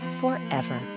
Forever